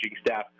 staff